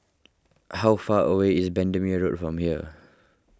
how far away is Bendemeer Road from here